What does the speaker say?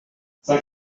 cinq